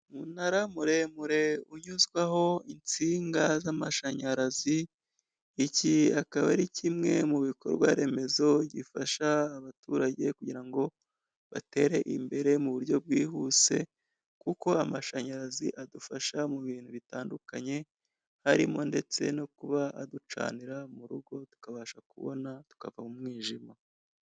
Umunara muremure unyuzwaho insinga z'amashanyarazi, iki akaba ari kimwe mu bikorwa remezo gifasha abaturage kugira ngo batere imbere mu buryo bwihuse kuko amashanyarazi adufasha mu bintu bitandukanye harimo ndetse no kuba aducanira mu rugo tukabasha kubona tukava mu mwijima.